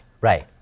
Right